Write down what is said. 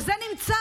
וזה נמצא,